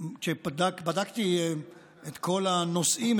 כשבדקתי את כל הנושאים,